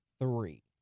three